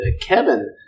Kevin